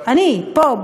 אני פה,